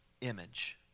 image